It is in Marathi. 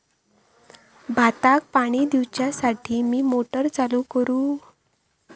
भाताक पाणी दिवच्यासाठी मी मोटर चालू करू?